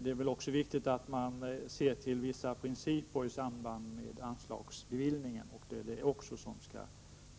Det är också viktigt att se till vissa principer när det gäller anslagsbeviljandet. Det skall också